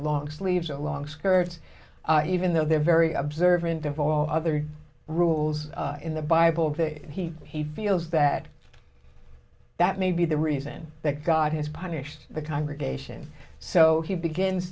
long sleeves or long skirts even though they're very observant of all other rules in the bible that he he feels that that may be the reason that god has punished the congregation so he begins